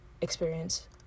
experience